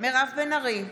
מירב בן ארי,